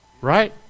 right